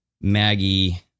Maggie